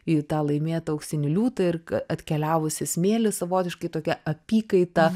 į tą laimėtą auksinį liūtą ir atkeliavusį smėlį savotiškai tokia apykaita